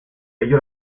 ello